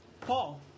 Paul